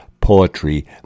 poetry